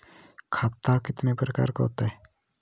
खाता कितने प्रकार का होता है?